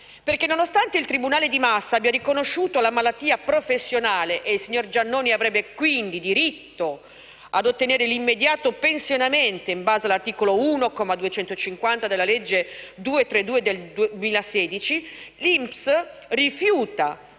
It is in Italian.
perché nonostante il tribunale di Massa abbia riconosciuto la malattia professionale e sebbene dunque il signor Giannoni abbia diritto ad ottenere l'immediato pensionamento, in base all'articolo 1, comma 250, della legge n. 232 del 2016, l'INPS rifiuta